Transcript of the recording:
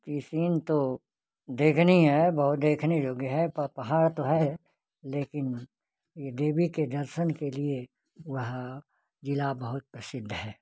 यह सीन तो देखनी है बहुत देखने योग्य है पहाड़ तो है लेकिन देवी के दर्शन के लिए वह ज़िला बहुत प्रसिद्ध है